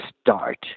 start